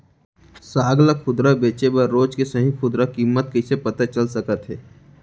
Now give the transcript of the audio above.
साग ला खुदरा बेचे बर रोज के सही खुदरा किम्मत कइसे पता चल सकत हे?